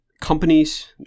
companies